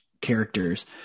characters